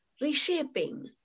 reshaping